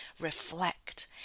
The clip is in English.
reflect